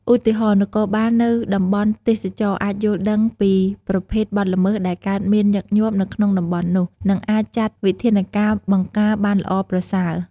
ឧទាហរណ៍ នគរបាលនៅតំបន់ទេសចរណ៍អាចយល់ដឹងពីប្រភេទបទល្មើសដែលកើតមានញឹកញាប់នៅក្នុងតំបន់នោះ និងអាចចាត់វិធានការបង្ការបានល្អប្រសើរ។